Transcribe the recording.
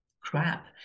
crap